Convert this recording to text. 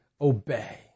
obey